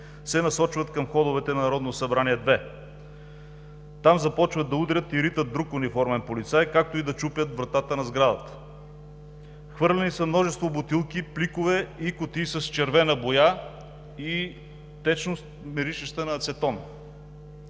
се насочват към входовете на Народното събрание –2. Там започват да удрят и ритат друг униформен полицай, както и да чупят вратата на сградата. Хвърлени са множество бутилки, пликове и кутии с червена боя и течност, миришеща на ацетон.